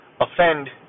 offend